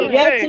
Yes